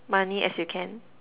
money as you can